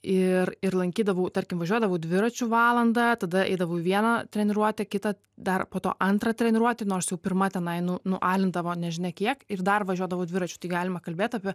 ir ir lankydavau tarkim važiuodavau dviračiu valandą tada eidavau į vieną treniruotę kitą dar po to antrą treniruotę nors jau pirma tenai nu nualindavo nežinia kiek ir dar važiuodavau dviračiu tai galima kalbėti apie